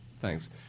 Thanks